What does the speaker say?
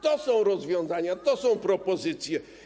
To są rozwiązania, to są propozycje.